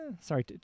Sorry